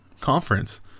conference